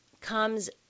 comes